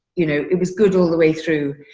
you know, it was good all the way through.